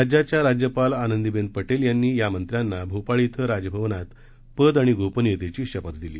राज्याच्या राज्यपाल आँनदीबेन पटेल यांनी या मंत्र्यांना भोपाळ इथं राजभवनात पद आणि गोपनीयतेची शपथ दिली